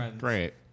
Great